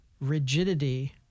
rigidity